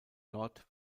dort